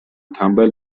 تنبل